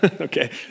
Okay